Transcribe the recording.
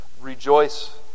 rejoice